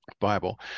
Bible